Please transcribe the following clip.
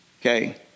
Okay